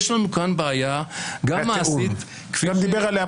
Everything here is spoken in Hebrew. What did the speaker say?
יש לנו כאן בעיה גם מעשית --- בתיאום.